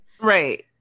Right